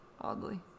oddly